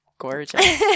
Gorgeous